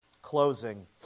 closing